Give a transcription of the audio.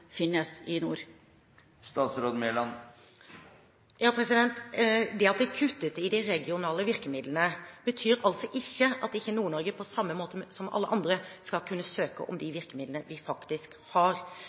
finnes i nord? At det er kuttet i de regionale virkemidlene betyr ikke at ikke Nord-Norge, på samme måte som alle andre, skal kunne søke om de